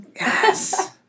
Yes